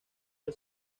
del